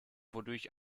wodurch